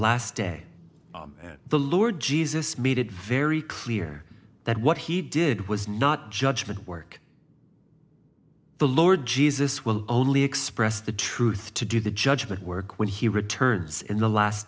last day and the lord jesus made it very clear that what he did was not judgment work the lord jesus will only express the truth to do the judgment work when he returns in the last